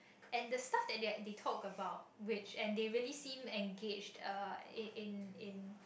and the stuff that they are they talk about which and they really seem engage uh in in